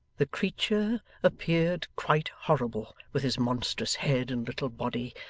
the creature appeared quite horrible with his monstrous head and little body,